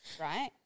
right